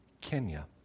Kenya